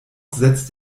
setzt